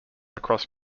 across